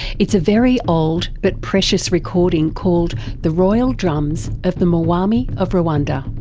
it's a very old but precious recording called the royal drums of the mwami of rwanda.